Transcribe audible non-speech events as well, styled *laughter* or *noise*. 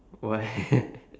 what *laughs*